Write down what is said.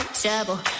trouble